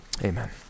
Amen